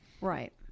right